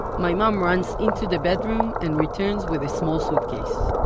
my mom runs into the bedroom and returns with a small suitcase,